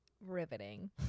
riveting